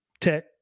Tech